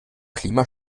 klima